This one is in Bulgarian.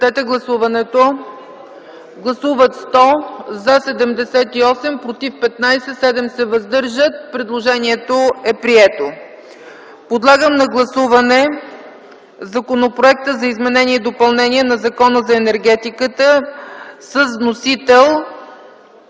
представители: за 78, против 15, въздържали се 7. Предложението е прието. Подлагам на гласуване Законопроекта за изменение и допълнение на Закона за енергетиката с вносител